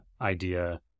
idea